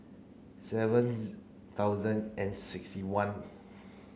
seven thousand and sixty one